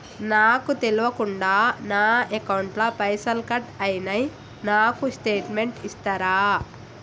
నాకు తెల్వకుండా నా అకౌంట్ ల పైసల్ కట్ అయినై నాకు స్టేటుమెంట్ ఇస్తరా?